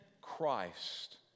Christ